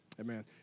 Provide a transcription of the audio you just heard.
Amen